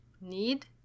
Need